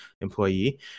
employee